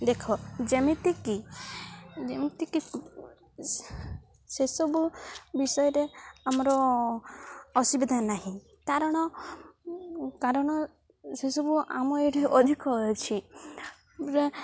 ଦେଖ ଯେମିତିକି ଯେମିତିକି ସେସବୁ ବିଷୟରେ ଆମର ଅସୁବିଧା ନାହିଁ କାରଣ କାରଣ ସେସବୁ ଆମ ଏଠି ଅଧିକ ଅଛି